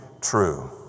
true